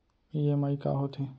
EMI का होथे?